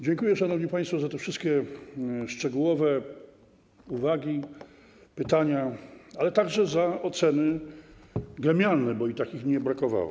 Dziękuję, szanowni państwo, za te wszystkie szczegółowe uwagi, pytania, ale także za oceny gremialne, bo i takich nie brakowało.